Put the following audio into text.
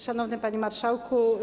Szanowny Panie Marszałku!